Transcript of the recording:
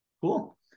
Cool